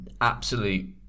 absolute